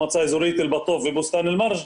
מועצה אזורית אל-בטוף ובוסתן אל מרג',